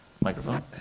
microphone